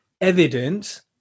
evidence